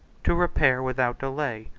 to repair, without delay,